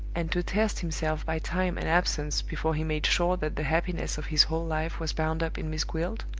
and to test himself by time and absence, before he made sure that the happiness of his whole life was bound up in miss gwilt?